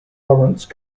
lawrence